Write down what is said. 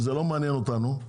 זה לא מעניין אותנו,